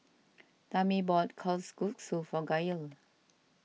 Tammi bought Kalguksu for Gael